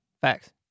Facts